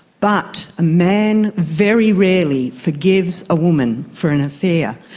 but a man very rarely forgives a woman for an affair.